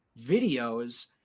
videos